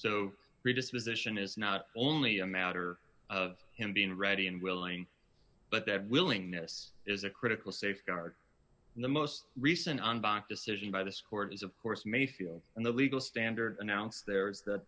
is not only a matter of him being ready and willing but that willingness is a critical safeguard and the most recent on back decision by this court is of course may feel and the legal standard announced there is th